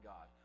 God